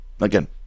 Again